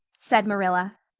said marilla.